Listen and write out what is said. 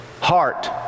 Heart